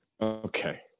Okay